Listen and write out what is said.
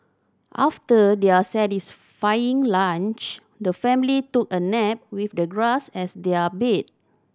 after their satisfying lunch the family took a nap with the grass as their bed